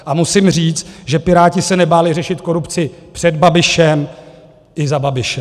A musím říct, že Piráti se nebáli řešit korupci před Babišem i za Babiše.